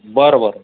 बरं बरं